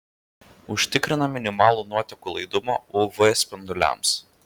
užtikrina minimalų nuotekų laidumą uv spinduliams